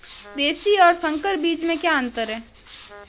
देशी और संकर बीज में क्या अंतर है?